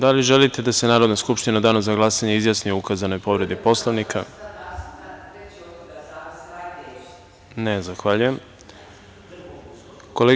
Da li želite da se Narodna skupština u danu za glasanje izjasni o ukazanoj povredi Poslovnika? (Ne.) Zahvaljujem.